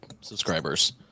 subscribers